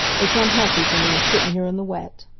it's unhealthy for me, sittin' here in the wet.